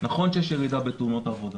נכון שיש ירידה בתאונות העבודה,